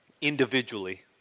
individually